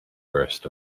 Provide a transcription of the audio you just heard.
burst